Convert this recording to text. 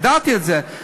ידעתי את זה,